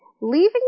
leaving